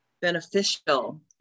beneficial